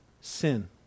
sin